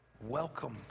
Welcome